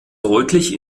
deutlich